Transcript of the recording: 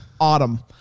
autumn